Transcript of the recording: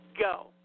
go